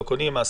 לא קונים.